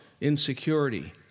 insecurity